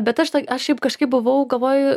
bet aš tuoj aš jau kažkaip buvau galvoju